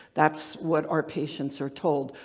that's what our patients are told.